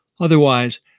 Otherwise